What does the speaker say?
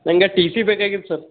ನನಗೆ T C ಬೇಕಾಗಿತ್ತು sir